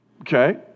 Okay